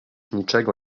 niczego